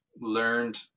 learned